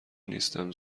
نیستم